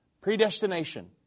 Predestination